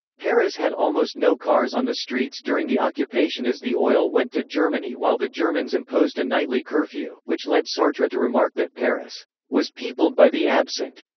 paris had almost no cars on the streets during the occupation as the oil went to germany while the germans imposed a nightly curfew, which led sartre to remark that paris was peopled by the absent.